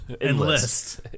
Enlist